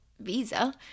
Visa